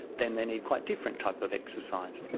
then they need quite different type of exercise.